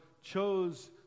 chose